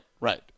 Right